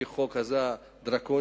כי החוק הזה הוא דרקוני.